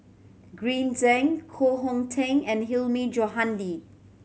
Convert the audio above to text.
Green Zeng Koh Hong Teng and Hilmi Johandi